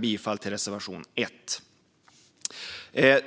bifall till reservation 1.